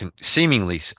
seemingly